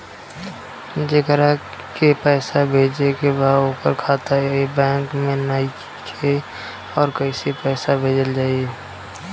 जेकरा के पैसा भेजे के बा ओकर खाता ए बैंक मे नईखे और कैसे पैसा भेजल जायी?